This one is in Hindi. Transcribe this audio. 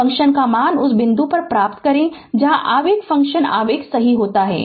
फ़ंक्शन का मान उस बिंदु पर प्राप्त करें जहां आवेग फ़ंक्शन आवेग सही होता है